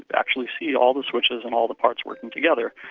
actually see all the switches and all the parts working together.